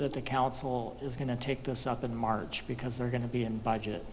that the council is going to take this up in march because they're going to be in budget